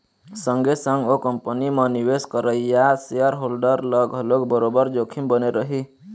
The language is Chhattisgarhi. संगे संग ओ कंपनी म निवेश करइया सेयर होल्डर ल घलोक बरोबर जोखिम बने रही